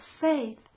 faith